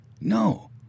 No